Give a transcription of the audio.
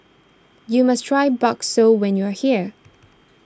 you must try Bakso when you are here